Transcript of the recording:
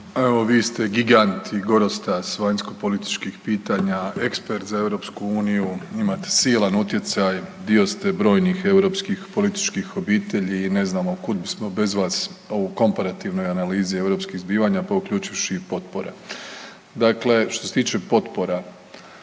Evo vi ste gigant i gorostas vanjskopolitičkih pitanja, ekspert za Europsku uniju, imate silan utjecaj, dio ste brojnih europskih političkih obitelji i ne znamo kud bismo bez vas u ovoj komparativnoj analizi europskih zbivanja pa uključivši i potpore. Dakle, što se tiče potpora.